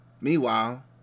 meanwhile